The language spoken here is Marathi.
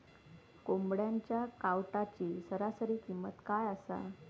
कोंबड्यांच्या कावटाची सरासरी किंमत काय असा?